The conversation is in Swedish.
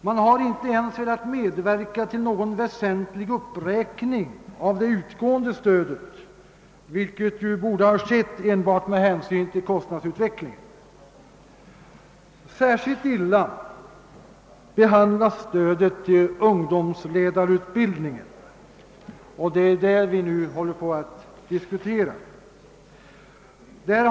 Man har inte ens velat medverka till någon väsentlig uppräkning av det utgående stödet, vilken borde ha skett enbart med hänsyn till kostnadsutvecklingen. Särskilt illa behandlas stödet till ungdomsledarutbildningen, som vi nu diskuterar.